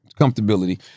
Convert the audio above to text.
Comfortability